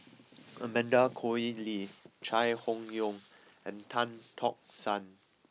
Amanda Koe Lee Chai Hon Yoong and Tan Tock San